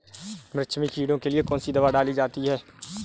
मिर्च में कीड़ों के लिए कौनसी दावा डाली जाती है?